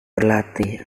berlatih